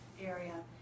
area